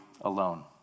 alone